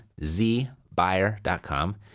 zbuyer.com